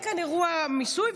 אין כאן אירוע מיסוי,